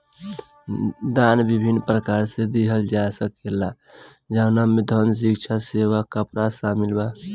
दान विभिन्न प्रकार से लिहल जा सकेला जवना में धन, भिक्षा, सेवा, कपड़ा शामिल बा